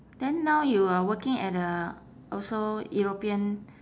then now you are working at a also european